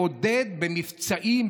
לעודד במבצעים,